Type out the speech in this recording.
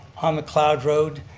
on mcleod road,